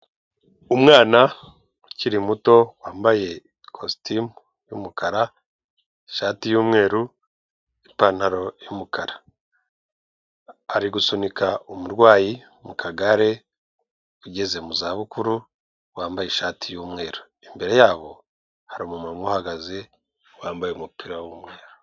Umwana ukiri muto wambaye ikositimu y’umukara, ishati y’umweru, ipantaro y’umukara, ari gusunika umurwayi mu kagare ugeze mu za bukuru, wambaye ishati y’umweru. Imbere yabo har’umuntu uhagaze wambaye umupira w'umweru.